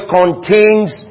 contains